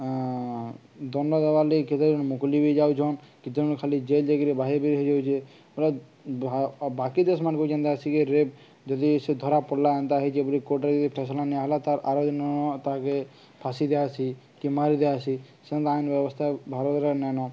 ହଁ ଦଣ୍ଡ ଦେବାର ଲାଗି କେତେଜଣ ମୁକୁଲି ବି ଯାଉଛନ୍ କେତେଜଣ ଖାଲି ଜେଲ ଯାଇକିରି ବାହରି ବି ହେଇଯାଉଛେ ପ ବାକି ଦେଶମାନଙ୍କୁ ଯେନ୍ତା ଆସିକି ରେପ୍ ଯଦି ସେ ଧରା ପଡ଼ିଲା ଏନ୍ତା ହେଇଛି ବୋଲି କୋର୍ଟରେ ଯଦି ଫଇସଲା ନିଆ ହେଲା ତାର ଆର ଦିନ ତାହାକେ ଫାଶୀ ଦିଆହେସି କି ମାରିଦିଆ ହେସି ସେନ ଆଇନ ବ୍ୟବସ୍ଥା ଭାରତରେ ନାଇଁନ